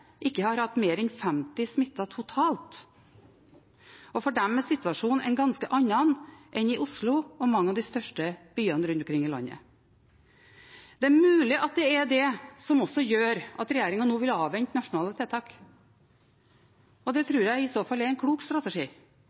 ikke har hatt mer enn 50 smittede totalt. For dem er situasjonen en ganske annen enn i Oslo og mange av de største byene rundt omkring i landet. Det er mulig at det er det som også gjør at regjeringen nå vil avvente nasjonale tiltak. Det tror jeg i så fall er en klok strategi,